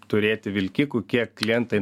turėti vilkikų kiek klientai